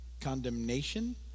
condemnation